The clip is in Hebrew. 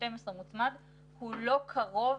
12 מוצמד הוא לא קרוב,